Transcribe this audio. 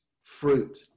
fruit